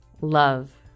love